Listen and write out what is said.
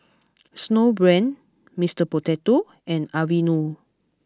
Snowbrand Mister Potato and Aveeno